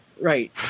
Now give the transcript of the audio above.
Right